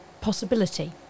possibility